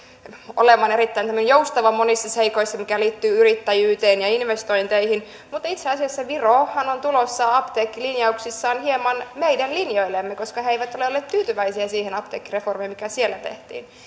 olemaan erittäin joustava monissa seikoissa mitkä liittyvät yrittäjyyteen ja investointeihin mutta itse asiassa virohan on tulossa apteekkilinjauksissaan hieman meidän linjoillemme koska he eivät ole olleet tyytyväisiä siihen apteekkireformiin mikä siellä tehtiin